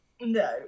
No